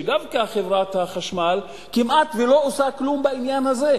שדווקא חברת החשמל לא עושה כמעט כלום בעניין הזה.